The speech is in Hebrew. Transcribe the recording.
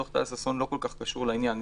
דוח טליה ששון לא כל כך קשור לעניין.